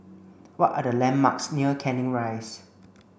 what are the landmarks near Canning Rise